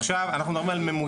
עכשיו אנחנו מדברים על ממוצע,